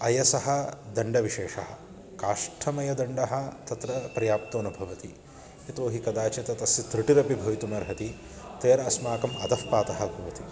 अयसः दण्डविशेषः काष्ठमयदण्डः तत्र पर्याप्तो न भवति यतोहि कदाचित् तस्य त्रुटिरपि भवितुमर्हति तेन अस्माकम् अधःपातः भवति